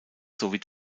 sowie